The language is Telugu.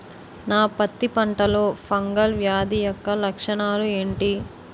నా పత్తి పంటలో ఫంగల్ వ్యాధి యెక్క లక్షణాలు ఏంటి?